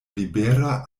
libera